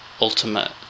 ultimate